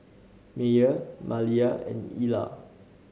Meyer Maliyah and Ilah